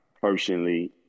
personally